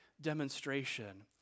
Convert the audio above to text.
demonstration